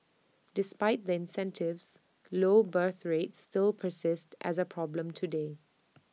despite the incentives low birth rates still persist as A problem today